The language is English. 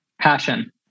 Passion